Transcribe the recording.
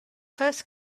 first